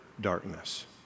darkness